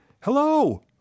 Hello